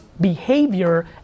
behavior